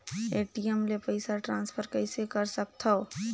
ATM ले पईसा transfer कइसे कर सकथव?